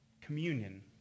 communion